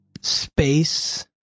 space